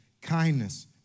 kindness